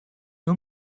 nur